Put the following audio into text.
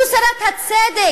זו שרת הצדק,